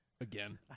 again